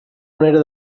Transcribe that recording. manera